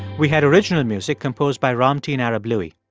we had original music composed by ramtin arablouei